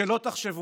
שלא תחשבו,